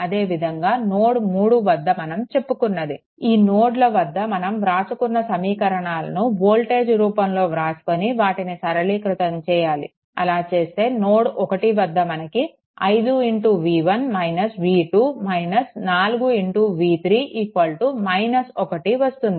అదేవిధంగా ఇది నోడ్ 3 వద్ద మనం చెప్పుకున్నది ఈ నోడ్ల వద్ద మనం వ్రాసుకున్న సమీకరణాలను వోల్టేజ్ల రూపంలో వ్రాసుకోని వాటిని సరళీకృతం చేయాలి అలా చేస్తే నోడ్1 వద్ద మనకు 5v1 v2 4v3 1 వస్తుంది